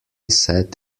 set